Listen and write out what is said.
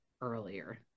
earlier